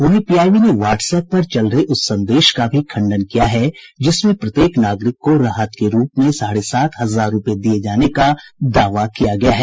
वहीं पीआईबी ने व्हाट्सएप पर चल रहे उस संदेश का भी खंडन किया है जिसमें प्रत्येक नागरिक को राहत के रूप में साढ़े सात हजार रुपये दिए जाने का दावा किया गया है